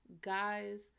guys